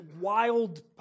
wild